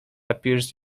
appears